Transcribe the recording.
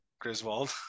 Griswold